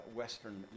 western